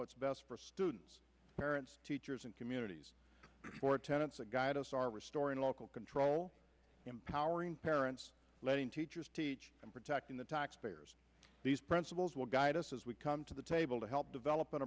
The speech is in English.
what's best for students parents teachers and communities for attendance and guide us are restoring local control empowering parents letting teachers teach and protecting the taxpayers these principles will guide us as we come to the table to help develop an